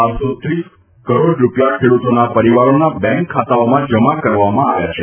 બારસો ત્રીસ કરોડ રૂપિયા ખેડૂતોના પરિવારોના બેન્ક ખાતાઓમાં જમા કરવામાં આવ્યા છે